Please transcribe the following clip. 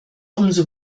umso